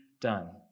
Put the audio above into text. done